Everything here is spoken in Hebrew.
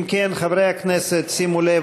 אם כן, חברי הכנסת, שימו לב.